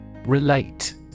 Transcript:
Relate